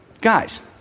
Guys